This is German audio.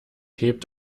hebt